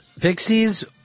Pixies